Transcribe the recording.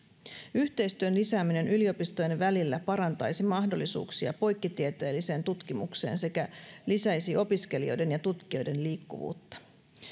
yhteistyön lisääminen yliopistojen välillä parantaisi mahdollisuuksia poikkitieteelliseen tutkimukseen sekä lisäisi opiskelijoiden ja tutkijoiden liikkuvuutta